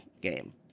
game